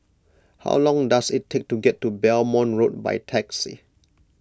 how long does it take to get to Belmont Road by taxi